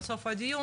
עד סוף הדיון